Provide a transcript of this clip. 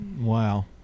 Wow